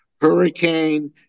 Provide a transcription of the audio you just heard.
Hurricane